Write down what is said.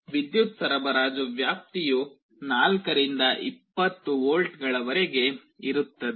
ವಿದ್ಯುತ್ ಸರಬರಾಜು ವ್ಯಾಪ್ತಿಯು 4 ರಿಂದ 20 ವೋಲ್ಟ್ಗಳವರೆಗೆ ಇರುತ್ತದೆ